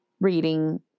reading